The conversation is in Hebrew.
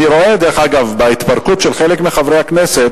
אני רואה, דרך אגב, בהתפרקות של חלק מחברי הכנסת